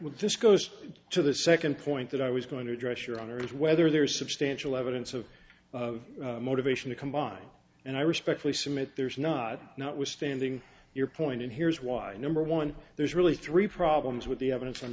with just goes to the second point that i was going to address your honor is whether there's substantial evidence of motivation to come by and i respectfully submit there's not notwithstanding your point and here's why number one there's really three problems with the evidence